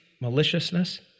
maliciousness